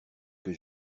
que